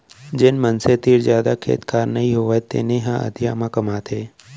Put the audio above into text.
जेन किसान तीर जादा खेत खार नइ होवय तेने ह अधिया म कमाथे